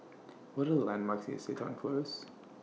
What Are The landmarks near Seton Close